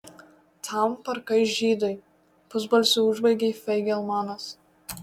tam parkai žydui pusbalsiu užbaigė feigelmanas